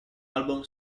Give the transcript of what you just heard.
album